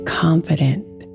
confident